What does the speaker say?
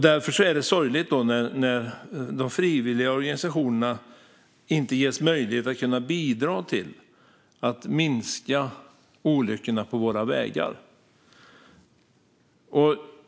Därför är det sorgligt när de frivilliga organisationerna inte ges möjlighet att bidra till att minska antalet olyckor på våra vägar.